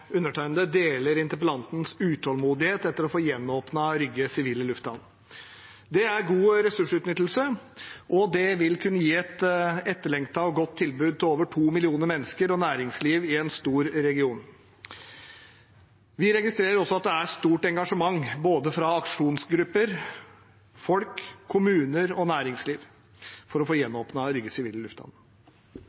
undertegnede deler interpellantens utålmodighet etter å få gjenåpnet Rygge sivile lufthavn. Det er god ressursutnyttelse, og det vil kunne gi et etterlengtet og godt tilbud til over 2 millioner mennesker og næringsliv i en stor region. Vi registrerer også at det er stort engasjement både fra aksjonsgrupper, folk, kommuner og næringsliv for å få gjenåpnet Rygge sivile lufthavn.